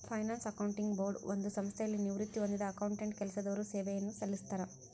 finance accounting board ಒಂದು ಸಂಸ್ಥೆಯಲ್ಲಿ ನಿವೃತ್ತಿ ಹೊಂದಿದ್ದ ಅಕೌಂಟೆಂಟ್ ಕೆಲಸದವರು ಸೇವೆಯನ್ನು ಸಲ್ಲಿಸ್ತರ